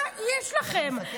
מה יש לכם?